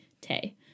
tay